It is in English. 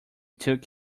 took